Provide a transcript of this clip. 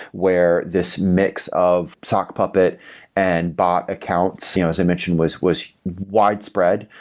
where this mix of sock puppet and bot accounts you know as i mentioned was was widespread,